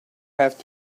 have